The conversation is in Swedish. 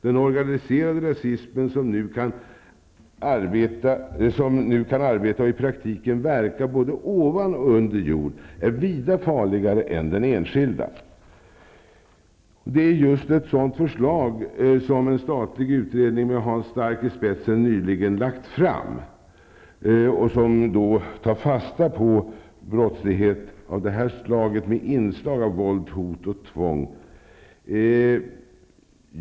Den organiserade rasismen, som nu kan arbeta och i praktiken verkar både ovan och under jord, är vida farligare än den enskilda. Det är just ett sådant förslag som en statlig utredning med Hans Stark i spetsen nyligen lagt fram. Det tar fasta på brottslighet av det här slaget, med inslag av våld, hot och tvång.